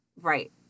Right